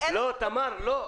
תמר, לא.